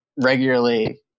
regularly